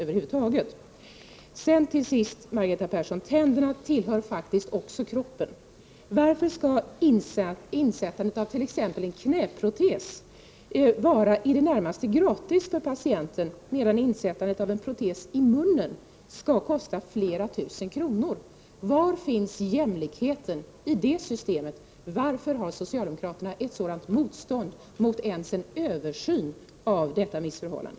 Till sist: Tänderna tillhör också kroppen. Varför skall insättandet av t.ex. en knäprotes vara i det närmaste gratis för patienten, medan insättandet av en protes i munnen kostar flera tusen kronor? Var finns jämlikheten i det systemet? Varför har socialdemokraterna ett sådant motstånd mot ens en översyn i fråga om detta missförhållande?